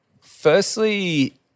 firstly